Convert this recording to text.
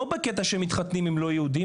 לא בקטע שהם מתחתנים עם לא יהודיים,